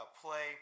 play